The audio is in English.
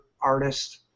artist